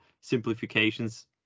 simplifications